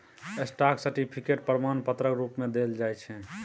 stock certificate प्रमाण पत्रक रुप मे देल जाइ छै